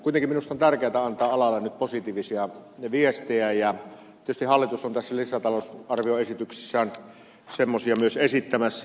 kuitenkin minusta on tärkeätä antaa alalle nyt positiivisia viestejä ja tietysti hallitus on tässä lisätalousarvoesityksessään semmoisia myös esittämässä